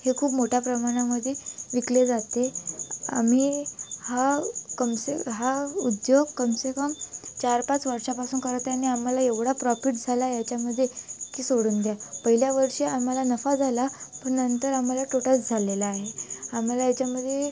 हे खूप मोठ्या प्रमाणामध्ये विकले जाते आम्ही हा कमसे हा उद्योग कमसे कम चार पाच वर्षापासून करत आहे आणि आम्हाला एवढा प्रॉफिट झाला याच्यामध्ये की सोडून द्या पहिल्या वर्षी आम्हाला नफा झाला पण नंतर आम्हाला तोटाच झालेला आहे आम्हाला याच्यामध्ये